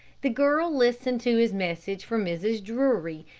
the girl listened to his message for mrs. drury,